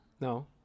no